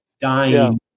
dying